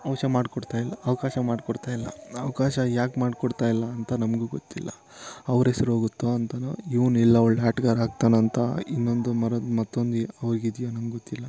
ಅವ್ಶ ಮಾಡಿಕೊಡ್ತಾಯಿಲ್ಲ ಅವಕಾಶ ಮಾಡಿಕೊಡ್ತಾಯಿಲ್ಲ ಅವಕಾಶ ಯಾಕೆ ಮಾಡಿಕೊಡ್ತಾಯಿಲ್ಲ ಅಂತ ನಮಗೂ ಗೊತ್ತಿಲ್ಲ ಅವ್ರಹೆಸ್ರು ಹೋಗುತ್ತೋ ಅಂತನೋ ಇವನಿಲ್ಲ ಒಳ್ಳೆ ಆಟಗಾರ ಆಗ್ತಾನಂತ ಇನ್ನೊಂದೋ ಮರದ ಮತ್ತೊಂದೋ ಅವರಿಗಿದ್ಯೋ ನಂಗೊತ್ತಿಲ್ಲ